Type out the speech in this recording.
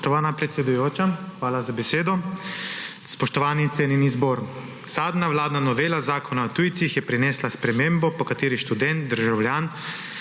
hvala za besedo.